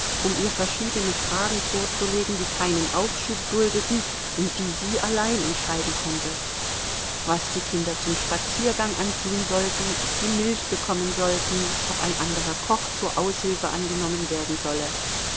um ihr verschiedene fragen vorzulegen die keinen aufschub duldeten und die sie allein entscheiden konnte was die kinder zum spaziergang anziehen sollten ob sie milch bekommen sollten ob ein anderer koch zur aushilfe angenommen werden solle